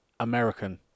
american